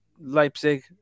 Leipzig